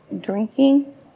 drinking